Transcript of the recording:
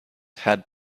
had